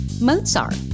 Mozart